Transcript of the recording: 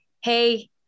Hey